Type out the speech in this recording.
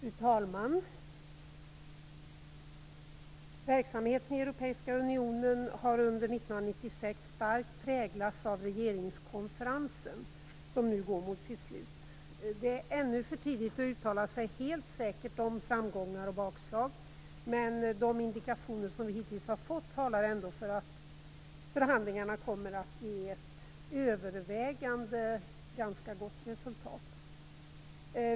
Fru talman! Verksamheten i Europeiska unionen har under 1996 starkt präglats av regeringskonferensen, som nu går mot sitt slut. Det är ännu för tidigt att uttala sig helt säkert om framgångar och bakslag, men de indikationer som vi hittills har fått talar ändå för att förhandlingarna kommer att ge ett övervägande gott resultat.